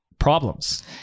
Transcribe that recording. Problems